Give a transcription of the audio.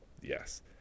Yes